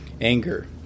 Anger